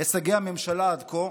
הישגי הממשלה עד כה.